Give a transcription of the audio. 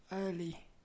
early